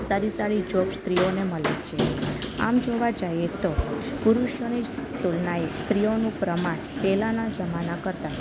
સારી સારી જોબ્સ સ્ત્રીઓને મળે છે આમ જોવા જાઈએ તો પુરુષોની તુલનાએ સ્ત્રીઓનું પ્રમાણ પહેલાંના જમાના કરતાં